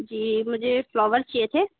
जी मुझे फ्लॉवर्स चाहिए थे